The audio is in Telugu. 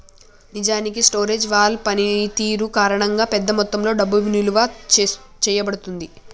నిజానికి స్టోరేజ్ వాల్ పనితీరు కారణంగా పెద్ద మొత్తంలో డబ్బు నిలువ చేయబడుతుంది